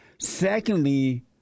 Secondly